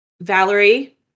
Valerie